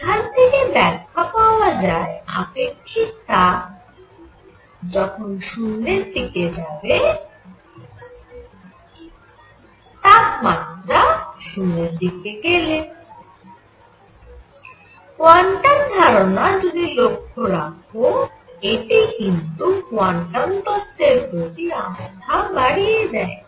এখান থেকে ব্যাখ্যা পাওয়া যায় আপেক্ষিক তাপ → 0 যখন T → 0 কোয়ান্টাম ধারণা যদি লক্ষ রাখো এটি কিন্তু কোয়ান্টাম তত্ত্বের প্রতি আস্থা বাড়িয়ে দেয়